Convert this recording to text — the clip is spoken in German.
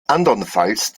andernfalls